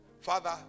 Father